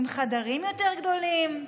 עם חדרים יותר גדולים,